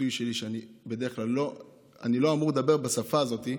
ביטוי שאני בדרך כלל, אני לא אמור לדבר בשפה הזאת,